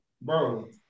Bro